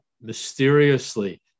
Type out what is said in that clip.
mysteriously